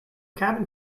cabin